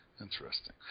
interesting